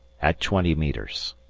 at twenty metres.